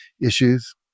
issues